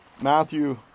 Matthew